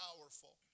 powerful